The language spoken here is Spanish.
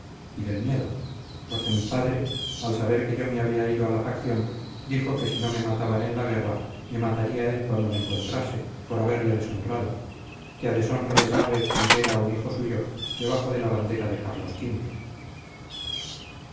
y del miedo porque mi padre al saber que yo me había ido a la facción dijo que si no me mataban en la guerra me mataría él cuando me encontrase por haberle deshonrado que a deshonra le sabe el ver a un hijo suyo debajo de la bandera de carlos